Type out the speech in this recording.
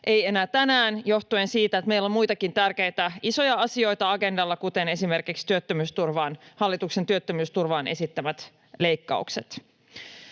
ei enää tänään johtuen siitä, että meillä on muitakin tärkeitä, isoja asioita agendalla, esimerkiksi hallituksen työttömyysturvaan esittämät leikkaukset.